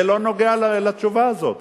זה לא קשור לתשובה הזאת.